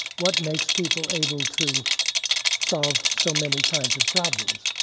what makes people able to solve so many kinds of problems.